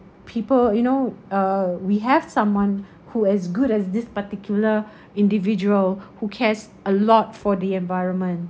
people you know uh we have someone who as good as this particular individual who cares a lot for the environment